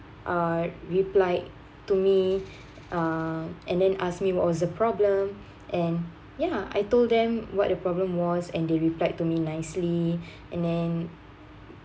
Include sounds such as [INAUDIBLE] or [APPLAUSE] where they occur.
uh replied to me uh and then asked me what was the problem and ya I told them what the problem was and they replied to me nicely [BREATH] and then